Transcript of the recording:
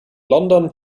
london